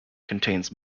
contains